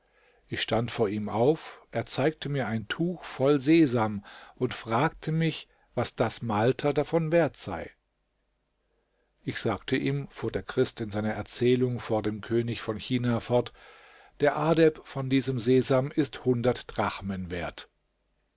ich stand vor ihm auf er zeigte mir ein tuch voll sesam und fragte mich was das malter davon wert sei ich sagte ihm fuhr der christ in seiner erzählung vor dem könig von china fort der ardeb von diesem sesam ist hundert drachmen wert